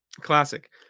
classic